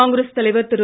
காங்கிரஸ் தலைவர் திரு